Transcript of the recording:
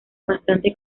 bastante